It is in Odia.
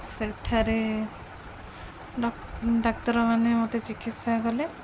ସେଠାରେ ଡାକ୍ତରମାନେ ମୋତେ ଚିକିତ୍ସା କଲେ